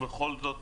ובכל זאת,